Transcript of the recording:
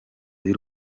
y’u